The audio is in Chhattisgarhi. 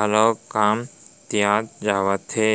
घलौ कमतियात जावत हे